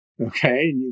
Okay